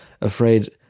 afraid